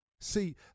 See